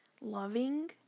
loving